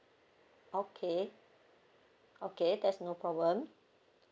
okay okay that's no problem